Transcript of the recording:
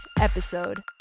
episode